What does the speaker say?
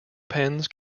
pens